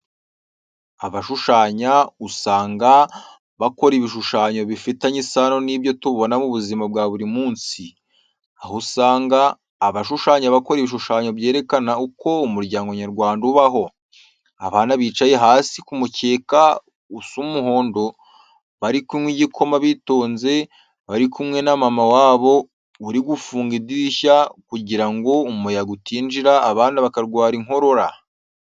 Abashushanya usanga bakora ibishushanyo bifitanye isano n'ibyo tubona mu buzina bwa buri munsi. Aho usanga abashushanya bakora ibishushanyo byerekana uko umuryango nyarwanda ubaho. Abana bicaye hasi ku mukeka usa umuhondo, bari kunywa igikoma bitonze, bari kumwe na mama wabo uri gufunga idirishya kugira ngo umuyaga utinjira abana bakarwara inkorora.